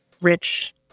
rich